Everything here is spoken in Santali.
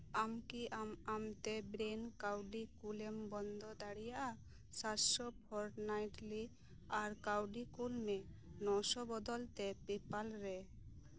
ᱟᱢ ᱠᱤ ᱟᱢ ᱟᱢᱛᱮ ᱵᱽᱨᱮᱱ ᱠᱟᱣᱰᱤ ᱠᱩᱞᱮᱢ ᱵᱱᱫᱚ ᱫᱟᱲᱮᱭᱟᱜᱼᱟ ᱥᱟᱛ ᱥᱚ ᱯᱷᱚᱨᱴᱱᱟᱭᱤᱴᱞᱤ ᱟᱨ ᱠᱟᱣᱰᱤ ᱠᱩᱞ ᱢᱮ ᱱᱚ ᱥᱚ ᱵᱚᱫᱚᱞ ᱛᱮ ᱯᱮᱯᱟᱞ ᱨᱮ